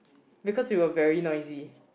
because we were very noisy